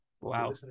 wow